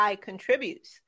contributes